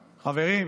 חברים,